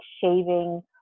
shaving